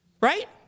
right